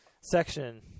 section